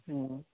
অঁ